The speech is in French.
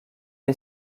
est